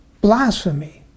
Blasphemy